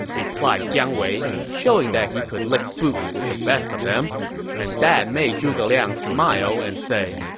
replied jiang wei, showing that he could lick boots with the best of them and that made zhuge liang smile and say,